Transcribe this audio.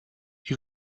you